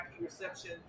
reception